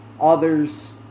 others